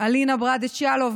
אלינה ברדץ' יאלוב,